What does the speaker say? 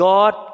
God